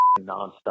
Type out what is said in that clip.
nonstop